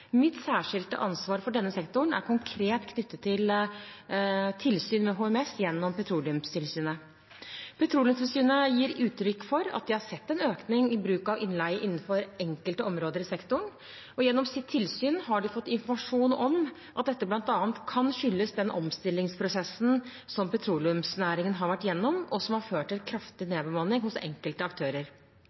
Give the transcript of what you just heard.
Mitt særskilte ansvar for denne sektoren er konkret knyttet til tilsyn med HMS gjennom Petroleumstilsynet. Petroleumstilsynet gir uttrykk for at de har sett en økning i bruk av innleie innenfor enkelte områder i sektoren. Gjennom sitt tilsyn har de fått informasjon om at dette bl.a. kan skyldes den omstillingsprosessen som petroleumsnæringen har vært gjennom, og som har ført til kraftig nedbemanning hos enkelte aktører.